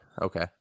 okay